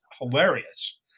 hilarious